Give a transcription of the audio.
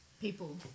people